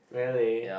really